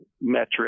metric